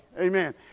Amen